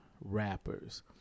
rappers